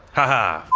ha ha. f,